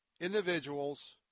individuals